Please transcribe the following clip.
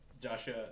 Joshua